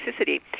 toxicity